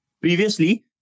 Previously